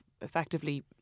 effectively